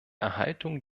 erhaltung